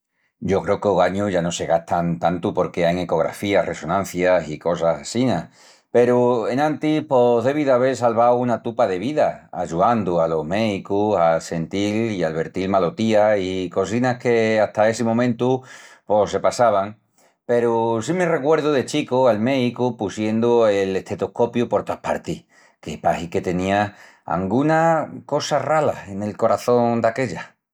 Yo creu que ogañu ya no se gastan tantu porque ain ecografías, resonancias i cosas assina. Peru enantis pos devi d'avel salvau una tupa de vidas ayuandu alos méicus a sentil i alvertil malotías i cosinas que hata essi momentu pos se passavan. Peru si me recuerdu de chicu al méicu pusiendu el estetoscopiu por toas partis, que pahi que tenía anguna cosa rala nel coraçón daquella.